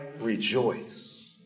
rejoice